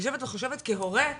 יושבת וחושבת כהורה,